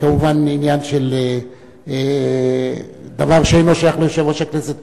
זה כמובן עניין שאינו שייך ליושב-ראש הכנסת.